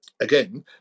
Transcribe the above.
again